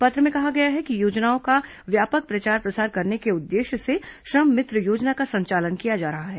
पत्र में कहा गया है कि योजनाओं का व्यापक प्रचार प्रसार करने के उद्देश्य से श्रम मित्र योजना का संचालन किया जा रहा है